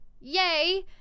Yay